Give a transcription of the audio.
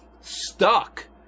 stuck